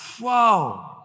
Whoa